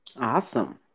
Awesome